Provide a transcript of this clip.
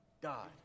God